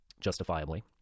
justifiably